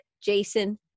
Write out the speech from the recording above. Jason